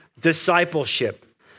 discipleship